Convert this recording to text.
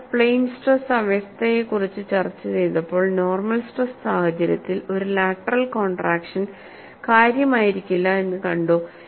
നമ്മൾ plane stress അവസ്ഥയെക്കുറിച്ച് ചർച്ച ചെയ്തപ്പോൾ നോർമൽ സ്ട്രെസ് സാഹചര്യത്തിൽ ഒരു ലാറ്ററൽ കോൺട്രാക്ഷൻ കാര്യമായിരിക്കില്ല എന്ന് കണ്ടു